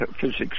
physics